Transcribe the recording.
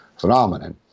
phenomenon